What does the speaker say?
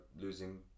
losing